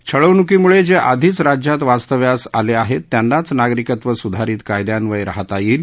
छळवणुकीमुळे जे आधीच राज्यात वास्तव्यास आले आहेत त्यांनाच नागरिकत्व सुधारित कायद्यान्वये राहता येईल